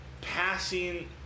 Passing